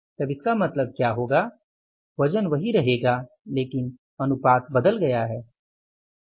तब इसका मतलब क्या होगा वजन वही रहेगा लेकिन अनुपात बदल गया है